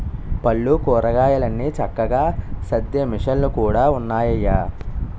పళ్ళు, కూరగాయలన్ని చక్కగా సద్దే మిసన్లు కూడా ఉన్నాయయ్య